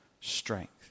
strength